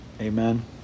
Amen